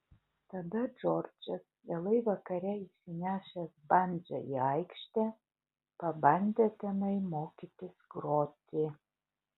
tada džordžas vėlai vakare išsinešęs bandžą į aikštę pabandė tenai mokytis groti